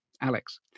Alex